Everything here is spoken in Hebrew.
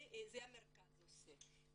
זה המרכז עושה.